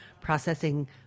processing